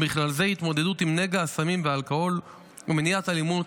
ובכלל זה התמודדות עם נגע הסמים והאלכוהול ומניעת אלימות,